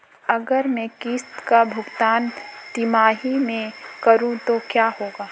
अगर मैं किश्त का भुगतान तिमाही में करूं तो क्या होगा?